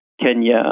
Kenya